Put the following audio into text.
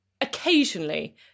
occasionally